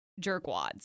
jerkwads